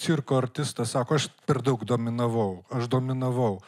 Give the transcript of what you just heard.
cirko artistas sako aš per daug dominavau aš dominavau